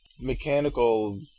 mechanical